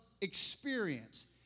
experience